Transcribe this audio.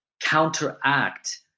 counteract